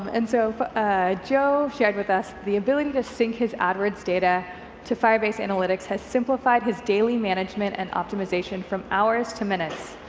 and so joe shared with us the ability to sync his adwords data to firebase analytics has simplified his daily management and optimisation from hours to minutes.